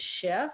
shift